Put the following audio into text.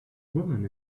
woman